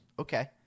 Okay